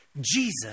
Jesus